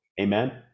Amen